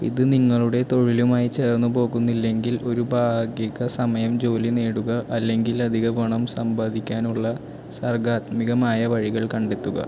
ഇത് നിങ്ങളുടെ തൊഴിലുമായി ചേർന്ന് പോകുന്നില്ലെങ്കിൽ ഒരു ഭാഗിക സമയം ജോലി നേടുക അല്ലെങ്കിൽ അധിക പണം സമ്പാദിക്കാനുള്ള സര്ഗാത്മികമായ വഴികൾ കണ്ടെത്തുക